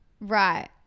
right